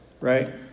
right